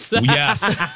Yes